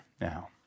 now